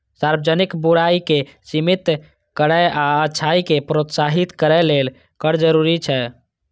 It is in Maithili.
सार्वजनिक बुराइ कें सीमित करै आ अच्छाइ कें प्रोत्साहित करै लेल कर जरूरी छै